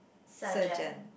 surgeon